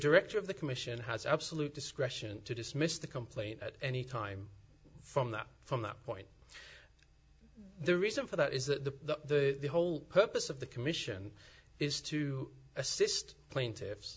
director of the commission has absolute discretion to dismiss the complaint at any time from that from that point the reason for that is the whole purpose of the commission is to assist plaintiffs